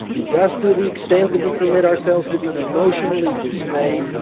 and just to the extent that we permit ourselves to be emotionally dismayed,